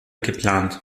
geplant